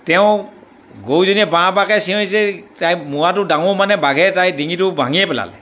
তেওঁ গৰুজনীয়ে বা বাকৈ চিঞৰিছে তাই মোৱাটো ডাঙৰো মানে বাঘে তাইৰ ডিঙিটো ভাঙিয়ে পেলালে